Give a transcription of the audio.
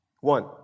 One